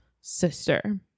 sister